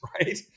right